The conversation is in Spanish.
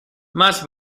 más